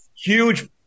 huge